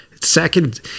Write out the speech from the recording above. Second